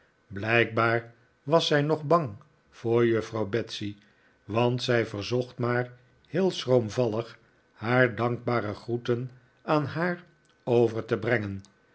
blijkbaar was zij nog bang voor juffrouw betsey want zij verzocht maar heel schroomvallig haar dankbare groeten aan haar over te brengen